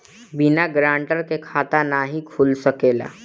बिना गारंटर के खाता नाहीं खुल सकेला?